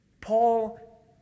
Paul